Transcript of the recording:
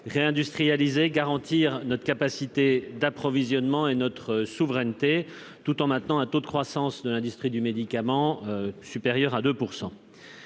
réindustrialiser garantir notre capacité d'approvisionnement et notre souveraineté tout en maintenant un taux de croissance de l'industrie du médicament supérieure à 2 %.